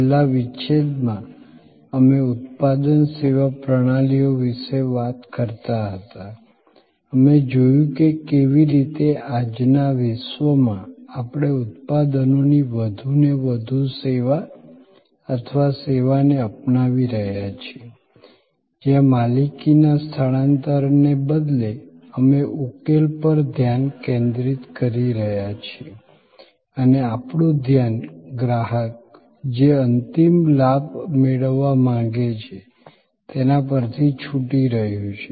છેલ્લા વિચ્છેદમાં અમે ઉત્પાદન સેવા પ્રણાલીઓ વિશે વાત કરતા હતા અમે જોયું કે કેવી રીતે આજના વિશ્વમાં આપણે ઉત્પાદનોની વધુને વધુ સેવા અથવા સેવાને અપનાવી રહ્યા છીએ જ્યાં માલિકીના સ્થાનાંતરણને બદલે અમે ઉકેલ પર ધ્યાન કેન્દ્રિત કરી રહ્યા છીએ અને આપણું ધ્યાન ગ્રાહક જે અંતિમ લાભ મેળવવા માંગે છે તેના પરથી છુટી રહ્યું છે